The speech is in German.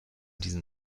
diesen